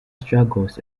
struggles